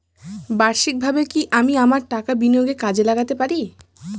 বার্ষিকভাবে কি আমি আমার টাকা বিনিয়োগে কাজে লাগাতে পারি?